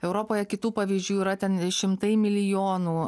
europoje kitų pavyzdžių yra ten šimtai milijonų